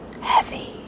heavy